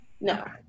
no